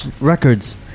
records